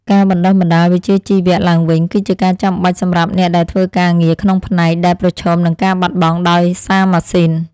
ការបណ្តុះបណ្តាលវិជ្ជាជីវៈឡើងវិញ គឺជាការចាំបាច់សម្រាប់អ្នកដែលធ្វើការងារក្នុងផ្នែកដែលប្រឈមនឹងការបាត់បង់ដោយសារម៉ាស៊ីន។